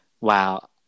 Wow